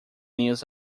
news